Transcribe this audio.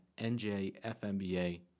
njfmba